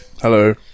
Hello